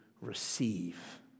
receive